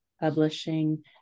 Publishing